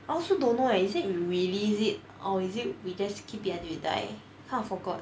I also don't know eh is it release it or is it we just keep it until it die kind of forgot